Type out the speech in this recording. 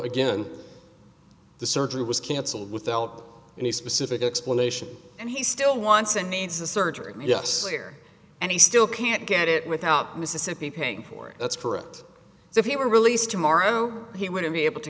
again the surgery was canceled without any specific explanation and he still wants and needs a surgery yes here and he still can't get it without mississippi paying for it that's correct so if he were released tomorrow he wouldn't be able to